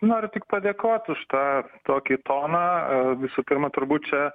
noriu tik padėkoti už tą tokį toną visų pirma turbūt čia